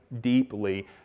deeply